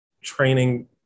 training